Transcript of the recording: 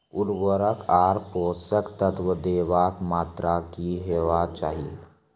उर्वरक आर पोसक तत्व देवाक मात्राकी हेवाक चाही?